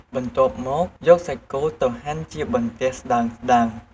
បន្ទាប់មកយកសាច់គោទៅហាន់ជាបន្ទះស្ដើងៗ។